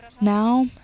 Now